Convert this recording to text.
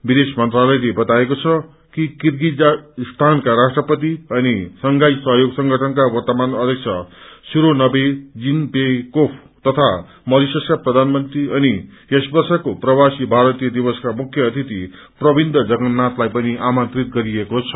विदेश मंत्रालयले बातएको छ कि किर्गिजिस्तानका राष्ट्रपति अनि शंघाई सहयोग संगठनका वर्त्तमान अष्यक्ष सूरोनवे जीनबेकोफ तया मरिशसका प्रयानमंत्री अनि यस वर्षका प्रवासी भारतीय दिवसका मुख्य अतिथि प्रविन्द्र जगन्नायलाई पनि आमन्त्रित गरिएको छ